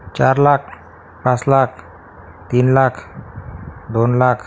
चार लाख पाच लाख तीन लाख दोन लाख